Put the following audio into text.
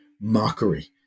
mockery